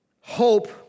hope